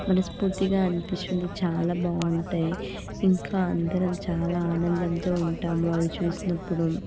మనస్పూర్తిగా అనిపిస్తుంది చాలా బాగుంటాయి ఇంకా అందరము చాలా ఆనందంతో ఉంటాము అవి చూసినప్పుడు